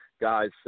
guys